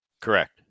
Correct